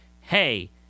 Hey